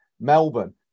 Melbourne